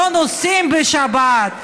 לא נוסעים בשבת?